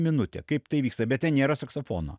minutė kaip tai vyksta bet ten nėra saksofono